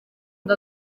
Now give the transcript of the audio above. ngo